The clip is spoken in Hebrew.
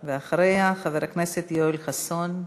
ואחריה, חבר הכנסת יואל חסון.